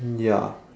ya